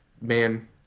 man